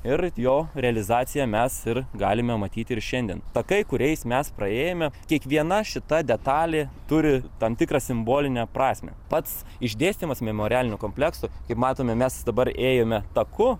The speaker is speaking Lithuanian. ir jo realizaciją mes ir galime matyti ir šiandien takai kuriais mes praėjome kiekviena šita detalė turi tam tikrą simbolinę prasmę pats išdėstymas memorialinio komplekso kaip matome mes dabar ėjome taku